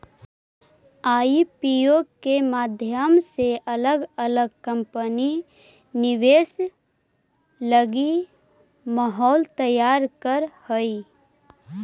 IPO के माध्यम से अलग अलग कंपनि निवेश लगी माहौल तैयार करऽ हई